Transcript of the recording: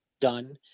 done